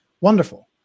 wonderful